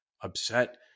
upset